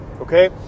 Okay